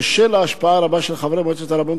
בשל ההשפעה הרבה של חברי מועצת הרבנות